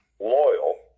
loyal